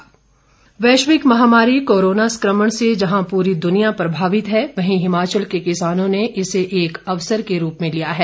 online कृषि सुझाव वैश्विक महामारी कोरोना संक्रमण से जहां पूरी दुनिया प्रभावित है वहीं हिमाचल के किसानों ने इसे एक अवसर के रूप में लिया है